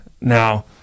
Now